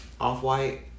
off-white